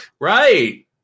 Right